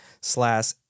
slash